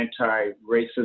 anti-racism